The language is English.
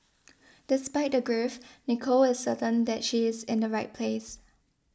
despite the grief Nicole is certain that she is in the right place